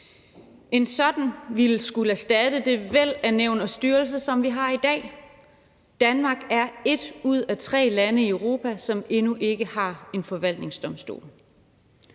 En sådan ville skulle erstatte det væld af nævn og styrelser, som vi har i dag. Danmark er et ud af tre lande i Europa, som endnu ikke har en forvaltningsdomstol.